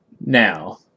Now